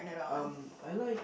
um I like